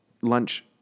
lunch